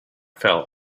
fell